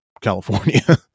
California